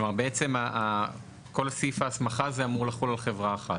בעצם כל סעיף ההסמכה הזה אמור לחול על חברה אחת?